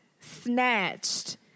snatched